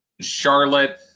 Charlotte